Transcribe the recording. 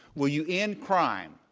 will you end crime?